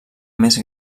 més